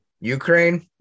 Ukraine